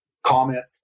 comment